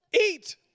Eat